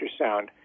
ultrasound